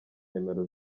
nimero